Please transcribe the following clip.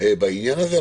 בעניין הזה,